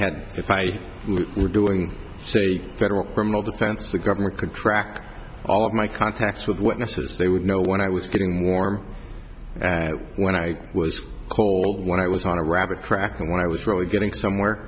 had if i were doing a federal criminal defense a government could track all of my contacts with witnesses they would know when i was getting warm when i was told when i was on a rabbit track and when i was really getting somewhere